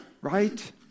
right